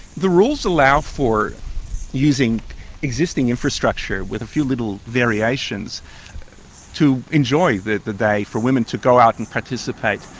the rules allow for using existing infrastructure with a few little variations to enjoy the the day, for women to go out and participate.